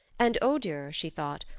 and odur, she thought,